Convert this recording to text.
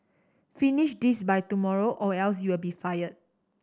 finish this by tomorrow or else you'll be fired